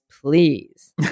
please